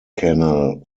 canal